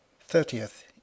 thirtieth